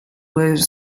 were